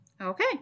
Okay